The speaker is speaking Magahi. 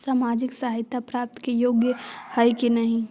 सामाजिक सहायता प्राप्त के योग्य हई कि नहीं?